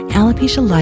Alopecia